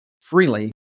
freely